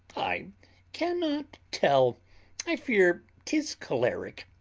i cannot tell i fear tis choleric.